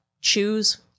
choose